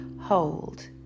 hold